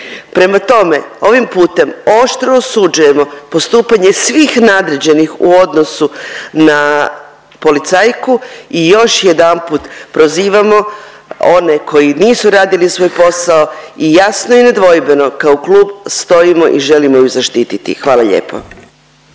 Prema tome, ovim putem oštro osuđujemo postupanje svih nadređenih u odnosu na policajku i još jedanput prozivamo one koji nisu radili svoj posao i jasno i nedvojbeno kao klub stojimo i želimo ju zaštititi, hvala lijepo.